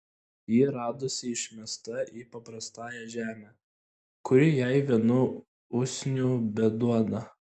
ji radosi išmesta į paprastąją žemę kuri jai vienų usnių beduoda